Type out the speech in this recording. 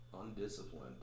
undisciplined